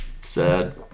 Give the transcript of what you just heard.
Sad